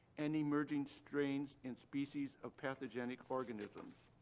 and emerging strains in species of pathogenic organisms.